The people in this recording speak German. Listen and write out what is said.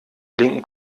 blinken